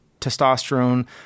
testosterone